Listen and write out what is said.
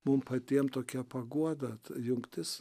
mum patiem tokia paguoda jungtis